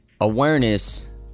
awareness